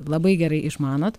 labai gerai išmanot